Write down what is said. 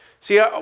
See